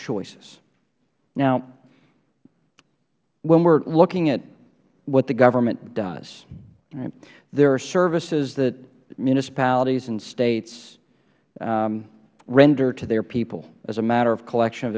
choices now when we are looking at what the government does there are services that municipalities and states render to their people as a matter of collection of